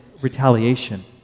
retaliation